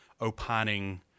opining